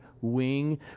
wing